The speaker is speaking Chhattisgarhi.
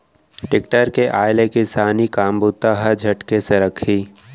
टेक्टर के आय ले किसानी काम बूता ह झटके सरकही